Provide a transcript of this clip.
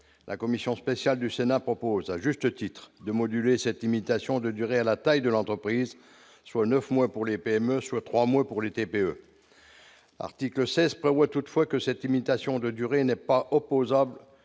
la commission spéciale du Sénat propose à juste titre de moduler cette limitation de durée à la taille de l'entreprise, soit 9 mois pour les PME, soit 3 mois pour les TPE, article 16 prévoit toutefois que cette limitation de durée n'est pas opposable